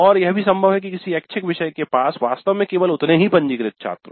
और यह संभव है कि किसी ऐच्छिक विषय के पास वास्तव में केवल उतने ही पंजीकृत छात्र हों